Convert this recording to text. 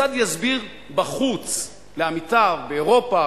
כיצד יסביר בחוץ לעמיתיו באירופה,